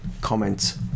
comments